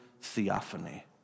theophany